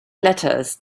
letters